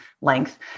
length